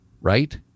right